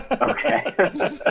Okay